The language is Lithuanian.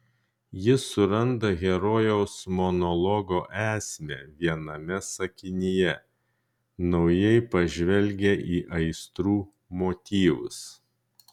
jis suranda herojaus monologo esmę viename sakinyje naujai pažvelgia į aistrų motyvus